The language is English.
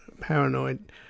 paranoid